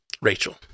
Rachel